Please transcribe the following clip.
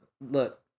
Look